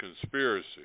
conspiracy